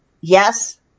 Yes